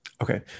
Okay